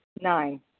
Nine